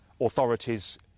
authorities